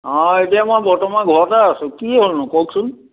অঁ এতিয়া মই বৰ্তমান ঘৰতে আছোঁ কি হ'লনো কওকচোন